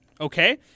Okay